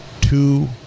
two